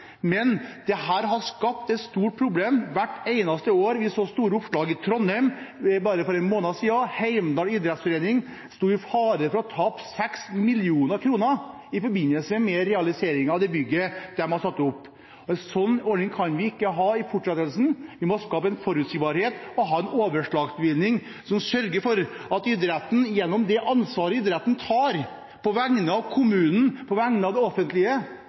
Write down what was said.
har skapt et stort problem hvert eneste år. Vi så store oppslag i Trondheim bare for en måned siden. Heimdal Idrettsforening sto i fare for å tape 6 mill. kr i forbindelse med realisering av det bygget de har satt opp. En sånn ordning kan vi ikke ha i fortsettelsen. Vi må skape forutsigbarhet og ha en overslagsbevilgning som sørger for at idretten, gjennom det ansvaret idretten tar på vegne av kommunen, på vegne av det offentlige,